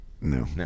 No